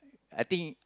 I think